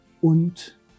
und